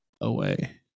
away